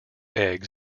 eggs